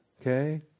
okay